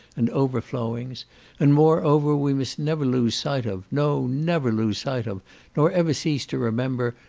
and overflowings and moreover we must never lose sight of, no, never lose sight of, nor ever cease to remember,